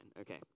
okay